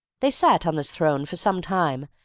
they sat on this throne for some time,